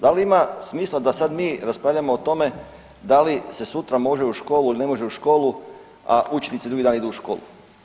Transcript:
Da li ima smisla da sad mi raspravljamo o tome da li se sutra može u školu ili ne može u školu, a učenici idu drugi dan u školu?